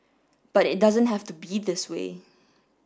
but it doesn't have to be this way